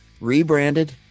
rebranded